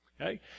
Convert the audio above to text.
okay